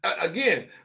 again